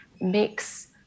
mix